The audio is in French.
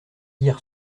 hier